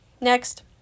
Next